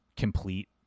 Complete